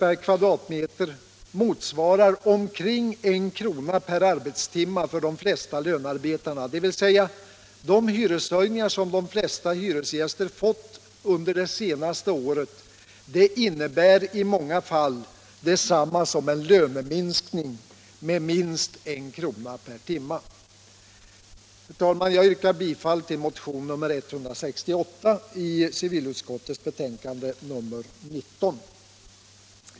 per kvadratmeter motsvarar omkring en krona per arbetstimme för de flesta lönarbetarna. De hyreshöjningar som de flesta hyresgäster fått vidkännas under det senaste året innebär i många fall detsamma som en löneminskning med minst en krona per timme. Herr talman! Jag yrkar bifall till motionen 168, som behandlas i civilutskottets betänkande nr 19.